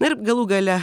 ir galų gale